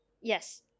Yes